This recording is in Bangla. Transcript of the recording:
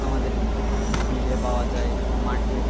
আমাদের বিলে পাওয়া যায় মাঠে